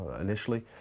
initially